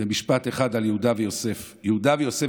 משפט אחד על יהודה ויוסף: יהודה ויוסף